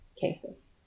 cases